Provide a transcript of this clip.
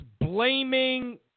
blaming